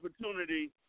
opportunity